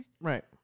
Right